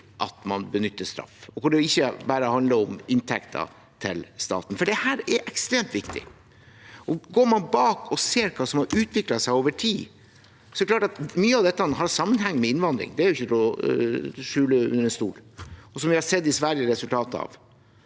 at man benytter straff, og hvor det ikke bare handler om inntekter til staten. Dette er ekstremt viktig. Går man tilbake og ser hva som har utviklet seg over tid, er det klart at mye av dette har sammenheng med innvandring. Det er ikke til å stikke under stol. Vi har sett resultatet av